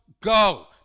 go